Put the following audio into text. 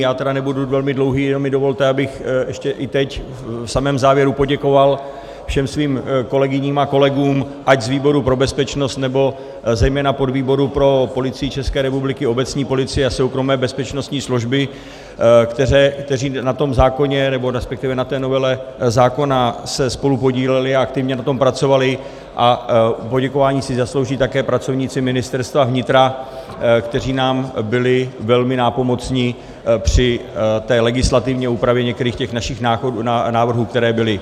Já tedy nebudu velmi dlouhý, jenom mi dovolte, abych ještě i teď v samém závěru poděkoval všem svým kolegyním a kolegům, ať z výboru pro bezpečnost, nebo zejména podvýboru pro Policii ČR, obecní policie a soukromé bezpečnostní služby, kteří na tom zákoně, resp. na té novele zákona se spolupodíleli a aktivně na tom pracovali, a poděkování si zaslouží také pracovníci Ministerstva vnitra, kteří nám byli velmi nápomocni při legislativní úpravě některých našich návrhů, které byly.